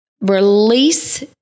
release